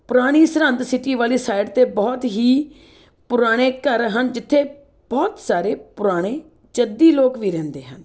ਪੁਰਾਣੀ ਸਰਹੰਦ ਸਿਟੀ ਵਾਲੀ ਸਾਈਡ 'ਤੇ ਬਹੁਤ ਹੀ ਪੁਰਾਣੇ ਘਰ ਹਨ ਜਿੱਥੇ ਬਹੁਤ ਸਾਰੇ ਪੁਰਾਣੇ ਜੱਦੀ ਲੋਕ ਵੀ ਰਹਿੰਦੇ ਹਨ